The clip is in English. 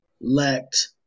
lacked